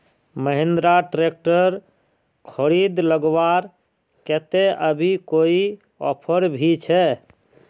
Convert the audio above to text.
Mahindra tractor खरीद लगवार केते अभी कोई ऑफर भी छे?